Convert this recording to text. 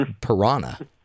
piranha